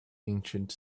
ancient